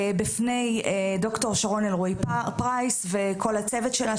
בפני דוקטור שרון אלרעי פרייס וכל הצוות שלה,